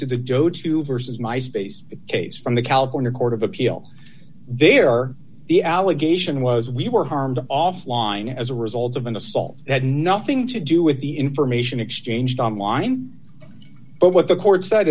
to the joe two versus my space case from the california court of appeal there the allegation was we were harmed offline as a result of an assault had nothing to do with the information exchanged online but what the court said